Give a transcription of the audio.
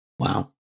Wow